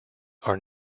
are